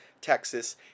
Texas